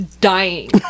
dying